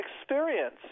experience